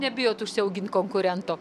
nebijot užsiaugint konkurento